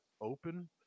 open